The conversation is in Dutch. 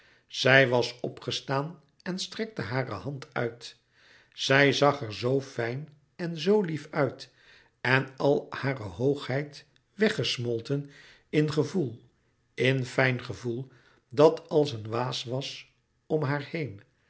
zij was opgestaan en strekte hare hand uit zij zag er zoo fijn en zoo lief uit en al hare hoogheid weggesmolten in gevoel in fijn gevoel dat als een waas was om haar heen